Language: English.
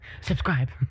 Subscribe